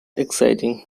exciting